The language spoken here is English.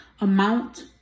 amount